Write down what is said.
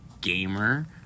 gamer